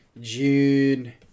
June